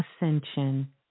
ascension